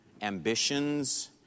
ambitions